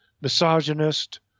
misogynist